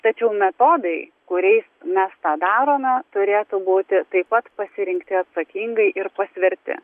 tačiau metodai kuriais mes tą darome turėtų būti taip pat pasirinkti atsakingai ir pasverti